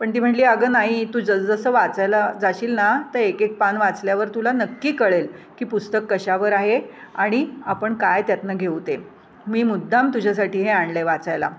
पण ती म्हटली अगं नाही तू जसं वाचायला जाशील ना तर एकेक पान वाचल्यावर तुला नक्की कळेल की पुस्तक कशावर आहे आणि आपण काय त्यातून घेऊ ते मी मुद्दाम तुझ्यासाठी हे आणलं आहे वाचायला